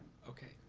okay.